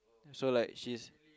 so like she's